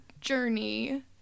journey